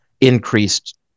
increased